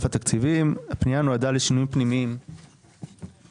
הפנייה נועדה לשינויים פנימיים מתקצוב